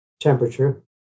temperature